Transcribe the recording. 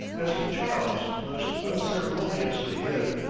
as charles burst unceremoniously in,